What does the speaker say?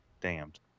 damned